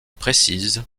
précise